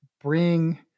bring